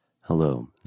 Hello